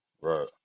Right